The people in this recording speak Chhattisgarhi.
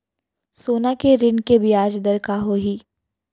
सोना के ऋण के ब्याज दर का होही?